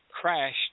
crashed